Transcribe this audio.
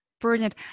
Brilliant